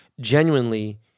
genuinely